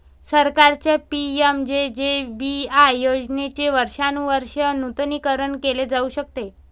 सरकारच्या पि.एम.जे.जे.बी.वाय योजनेचे वर्षानुवर्षे नूतनीकरण केले जाऊ शकते